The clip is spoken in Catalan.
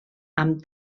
amb